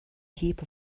heap